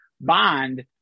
bond